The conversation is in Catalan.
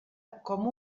com